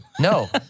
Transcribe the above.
No